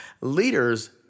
leaders